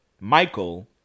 michael